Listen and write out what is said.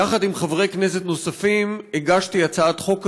יחד עם חברי כנסת נוספים, הגשתי הצעת חוק כזו,